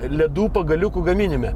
ledų pagaliukų gaminime